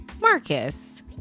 Marcus